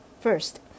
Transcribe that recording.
First